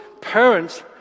parents